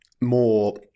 more